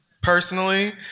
personally